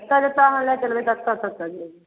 जत्तऽ जत्तऽ अहाँ लऽ चलबै तत्तऽ तत्तऽ जेबै